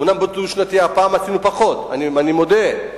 אומנם בדו-שנתי הפעם עשינו פחות, אני מודה.